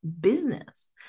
business